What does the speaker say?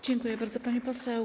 Dziękuję bardzo, pani poseł.